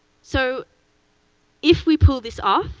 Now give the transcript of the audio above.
so if we pull this off,